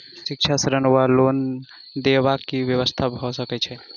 शिक्षा ऋण वा लोन देबाक की व्यवस्था भऽ सकै छै?